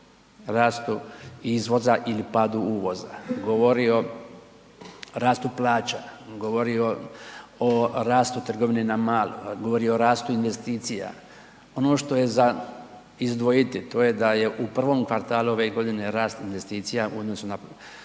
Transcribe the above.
rastu izvoza ili padu uvoza, govori o rastu plaća, govori o rastu trgovine na malo, govori o rastu investicija. Ono što je za izdvojiti, to je da je u prvom kvartalu ove godine rast investicija u odnosu na